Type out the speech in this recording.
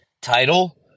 title